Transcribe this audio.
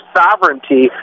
sovereignty